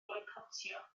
foicotio